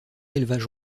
élevage